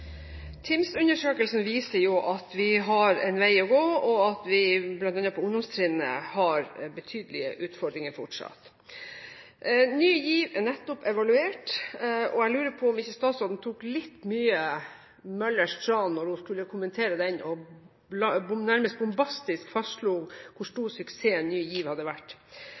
TIMSS-undersøkelsen viser at vi har en vei å gå, og at vi bl.a. på ungdomstrinnet har betydelige utfordringer fortsatt. Ny GIV er nettopp evaluert, og jeg lurer på om ikke statsråden tok litt mye Möller’s Tran da hun skulle kommentere den, og nærmest bombastisk fastslo hvor stor suksess Ny GIV hadde vært.